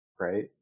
right